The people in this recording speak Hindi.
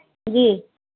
जी